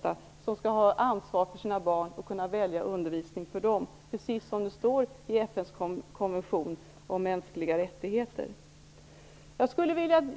Föräldrarna skall ha ansvaret för sina barn och kunna välja undervisning för dem, precis som det står i FN:s konvention om mänskliga rättigheter. Jag skulle vilja